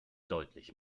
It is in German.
deutlich